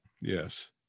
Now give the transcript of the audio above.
Yes